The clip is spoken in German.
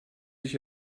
dich